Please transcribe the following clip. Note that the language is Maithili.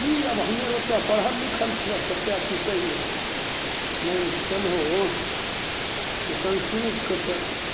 कि आब हमे आओर ओतेक पढ़ल लिखल छिअऽ कतेक कि कहिअऽ मानिके चलहो संस्कृतिके तऽ